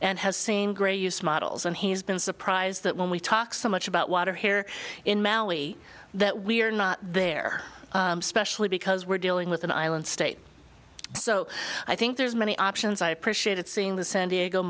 and has seen great use models and he's been surprised that when we talk so much about water here in maui that we're not there specially because we're dealing with an island state so i think there's many options i appreciated see the san diego